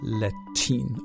latin